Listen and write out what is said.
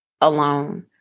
alone